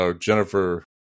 Jennifer